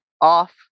off